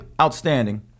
outstanding